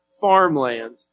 farmland